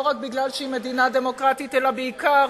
רק כי היא מדינה דמוקרטית אלא בעיקר